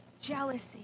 jealousy